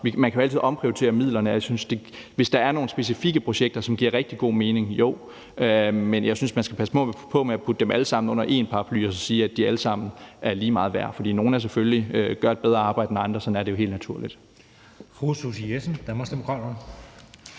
man kan altid omprioritere midlerne, og jeg synes, at hvis der er nogle specifikke projekter, som giver rigtig god mening, så ja – men jeg synes, at man skal passe på med at putte dem alle sammen under én paraply og sige, at de alle sammen er lige meget værd, for nogle gør selvfølgelig et bedre stykke arbejde end andre; sådan er det jo helt naturligt.